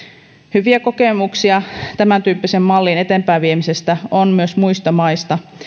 hyviä kokemuksia tämäntyyppisen mallin eteenpäinviemisestä on myös muista maista